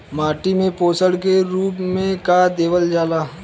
माटी में पोषण के रूप में का देवल जाला?